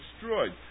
destroyed